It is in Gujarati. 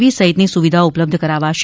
વી સહિતની સુવિધાઓ ઉપલબ્ધ કરાવાશે